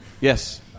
Yes